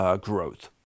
growth